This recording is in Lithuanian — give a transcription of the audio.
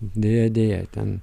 deja deja ten